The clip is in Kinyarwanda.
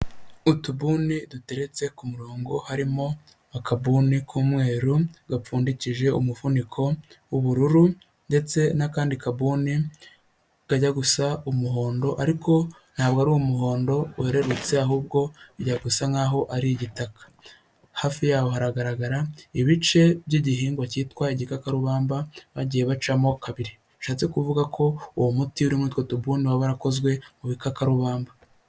Utubuni duteretse ku murongo harimo akabuni k'umweru, gapfundikije umufuniko w'ubururu ndetse n'akandi kabuni kajya gusa umuhondo, ariko ntabwo ari umuhondo wererutse, ahubwo bijya gusa nk'aho ari igitaka. Hafi aho haragaragara ibice by'igihingwa cyitwa igikakarubamba, bagiye bacamo kabiri. Bishatse kuvuga ko uwo muti uri muri utwo tubuni waba warakozwe mu bikakarubamba.